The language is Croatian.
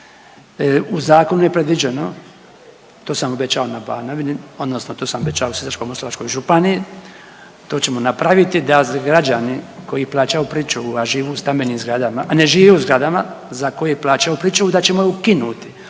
u zakonu je predviđeno, to sam obećao na Banovini odnosno to sam obećao Sisačko-moslavačkoj županiji to ćemo napraviti da građani koji plaćaju pričuvu, a živu u stambenim zgradama, a ne žive u zgradama za koje plaćaju pričuvu da ćemo je ukinuti,